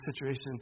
situation